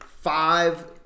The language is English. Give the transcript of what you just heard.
five